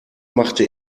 machte